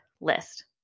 list